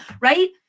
right